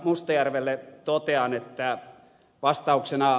mustajärvelle totean että vastauksena ed